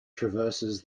traverses